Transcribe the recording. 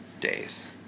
days